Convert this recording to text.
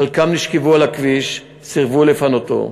חלקם נשכבו על הכביש וסירבו לפנותו.